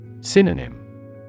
Synonym